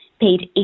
paid